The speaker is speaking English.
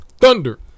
Thunder